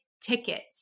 tickets